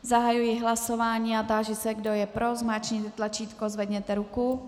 Zahajuji hlasování a táži se, kdo je pro, zmáčkněte tlačítko a zvedněte ruku.